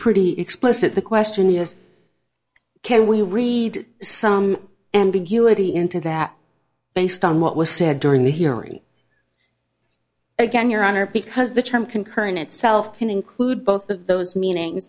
pretty explicit the question yes can we read some ambiguity into that based on what was said during the hearing again your honor because the term concurrent itself can include both of those